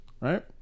right